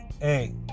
hey